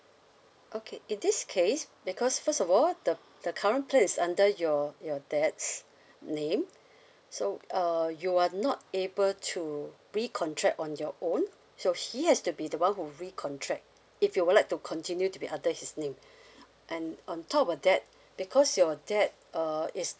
okay in this case because first of all the the current plan is under your your dad's name so err you are not able to recontract on your own so he has to be the one who recontract if you would like to continue to be under his name and on top of that because your dad uh is